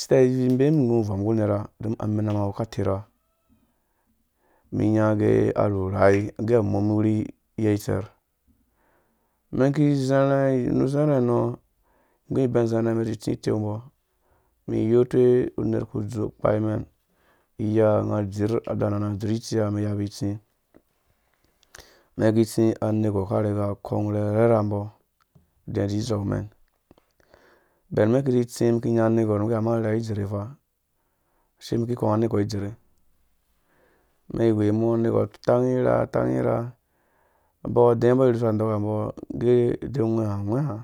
Sita mbe zi gũm vɔm nggu nerha don amɛnam awu ka terha mi nya gɛarhurhai agɛ awu mum mi wurhi yɛi tserh men ki zere wuru zɛrɛ nɔ nggu iben ni dɔrrhi zi tsi uteu mbo mi yotuwe unerh ku dzu ukpai mɛn iya nga dzirh aana na dzir itsiya mɛn yabi itsei mɛn ki tsi anegwarh ka riga akong arherhambo dɛ dze dzeu mɛn bɛn mɛn kizi tsi miki nya anegɔrh ngge ama arherhe ha awu idzidzerhe fa ashe mik kɔng anegorh aidzerhe mɛn we mɔ anegorh tang irha-tang irha mbo dɛ ungɛha agwɛnga?